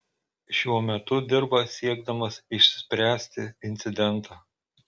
šiuo metu dirba siekdamas išspręsti incidentą